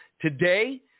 today